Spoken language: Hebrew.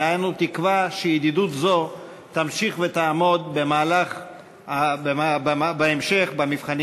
ואנו תקווה שידידות זו תמשיך ותעמוד בהמשך במבחנים